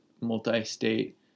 multi-state